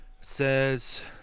says